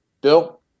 Bill